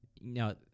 no